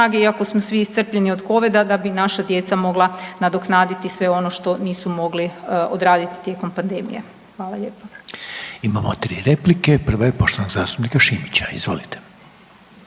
iako smo svi iscrpljeni od Covid-a da bi naša djeca mogla nadoknaditi sve ono što nisu mogli odraditi tijekom pandemije. Hvala lijepa. **Reiner, Željko (HDZ)** Imamo tri replike. Prva je poštovanog zastupnika Šimića. Izvolite.